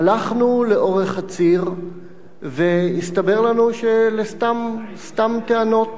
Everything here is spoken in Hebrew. הלכנו לאורך הציר, והסתבר לנו שאלה סתם טענות.